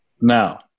Now